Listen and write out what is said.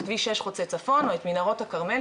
את כביש 6 חוצה צפון או את מנהרות הכרמל,